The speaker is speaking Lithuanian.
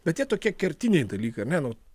bet tie tokie kertiniai dalykai ar ne nu